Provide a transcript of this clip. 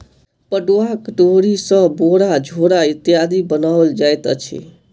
पटुआक डोरी सॅ बोरा झोरा इत्यादि बनाओल जाइत अछि